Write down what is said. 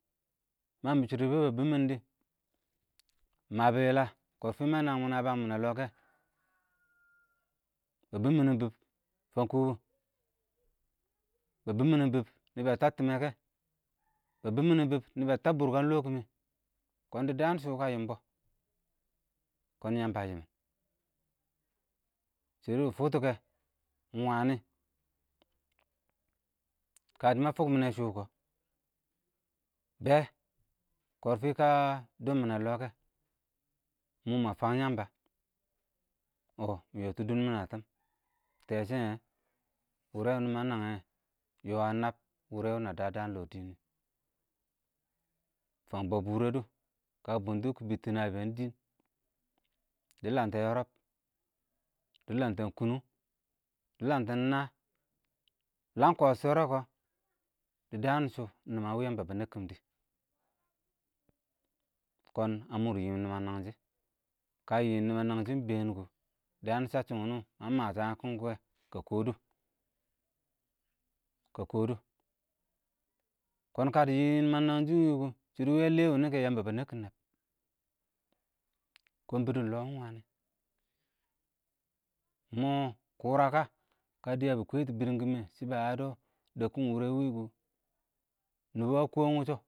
mə yɪm shɪdɔ bɛ bə bɪm mɪn dɪ, məbbɛ yɪlə kɔrfɪ mə nənmɪnɛ ə bənmɪne lɔɔ kɛ bə bɪb fən kɔ, bə bɪb mɪne bɪb fənkɔ bə təb toɪ mɛ kɛ, bə bɪb mɪ nɛ bɪb fən wɪ bə təkkɪn lɔɔ kɛ, kɔɔn dɪ dəən shʊ wɛ kə yɪmbɔ, kɔɔn ɪng yəmbə ə yɪmɪn, shɪdɔ mɪ fʊktʊ kɛ, ɪng wənɪ kəshɪmə fʊk mɪnɛ shʊ kɔ, bɛ, kɔrfɪ kə dʊmmɪ nɛ lɔɔ kɛ, mɔ mə fəng yəmbə, ɔɔh mɪ yɔtɔ dʊn mɪn ə tɪɪm, tɛɛ shɪ ɪng, wʊrɛ wʊnʊ mə nəngyɛ, yɔɔ ə nəb wʊrɛ wɪ nə dəə dən ə lɔɔ dɪn nɪ, fəng bə bʊrɛ dʊ, kə bʊntʊ kɪ bɪtɛ nəbɪyəng dɪɪn, dɪ ləmtɛ yɔrɔb, dɪ ləmtɛ kʊnʊng, dɪ ləmtɪn ɪng nəə, ləəm kɔb shɛrɛ kɔ, dɪ dəən shʊ ɪng nɪma wɪ yəmbə bə nɛkkɪn shʊ, kɔɔn ə mʊr yɪm nɪməng nəngshɪ, kə yɪɪm nɪmən nəngshɪ ɪng bɛɛn kʊ, dəən səcchɪm wʊnʊ mə məsɔ, kʊn-kʊwɛ kə kɔ dʊ, kə kɔdʊ, kɔɔn dɪ yɪ yɪɪm nəngshɪ ɪng wɪwɪ kɔ, shɪdɔ wɪ aꞌ lɛɛ wʊnʊ kɔ yəmbə bə nəkkɪm nəb, kɔɔn bɪdʊn ɪng lɔɔ ɪng wənɪ, mɔɔ kʊrə kə, kə dɪyə bɪ kwɛtʊ bɪdɪn kɪmɛ sɪ bəyə dɔ, dəkkɪn wʊrɛ wɪ kɔ, nɪbɔ bə kɔɔm wʊsɔ.